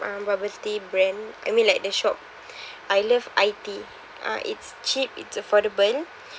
um bubble tea brand I mean like the shop I love iTea uh it's cheap it's affordable